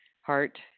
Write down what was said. Heart